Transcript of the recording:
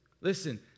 Listen